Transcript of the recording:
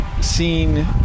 seen